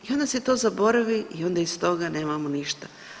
I onda se to zaboravi i onda iz toga nemamo ništa.